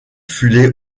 fut